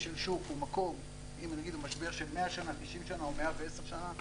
אם נגיד הוא משבר של 100 שנה, 90 שנה או 110 שנה,